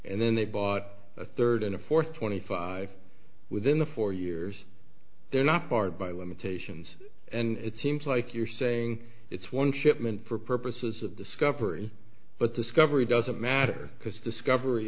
and then they bought a third and a fourth twenty five within the four years they're not barred by limitations and it seems like you're saying it's one shipment for purposes of discovery but discovery doesn't matter because discovery